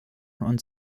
und